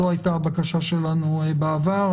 זו הייתה הבקשה שלנו בעבר,